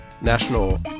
National